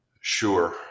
Sure